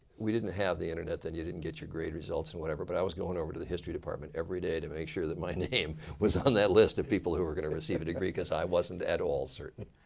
we didn't have the internet then. you didn't get your grade results and whatever. but i was going over to the history department every day to make sure that my name was on that list of people who were going to receive a degree. because i wasn't at all certain.